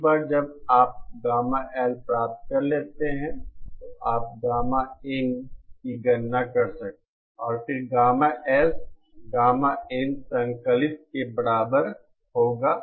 एक बार जब आप गामा L प्राप्त करते हैं तो आप गामा इन की गणना कर सकते हैं और फिर गामा S गामा इन संकलित के बराबर होगा